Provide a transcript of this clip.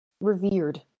revered